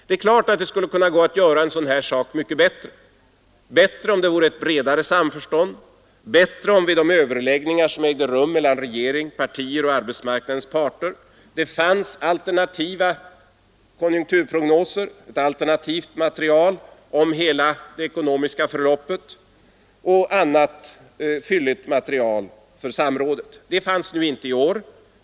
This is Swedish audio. Det är klart att det skulle gå att göra en sådan här sak mycket bättre — bättre om det vore ett bredare samförstånd, bättre om vid de överläggningar som ägde rum mellan regering, partier och arbetsmarknadens parter det fanns alternativa konjunkturprognoser, ett alternativt material om hela det ekonomiska förloppet och annat viktigt material för samråd. Det fanns inte i år.